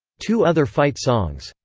two other fight songs,